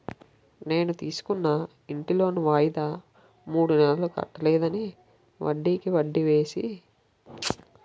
నేను తీసుకున్న ఇంటి లోను వాయిదా మూడు నెలలు కట్టలేదని, వడ్డికి వడ్డీ వేసి, అసలుతో కలిపి వసూలు చేస్తున్నారు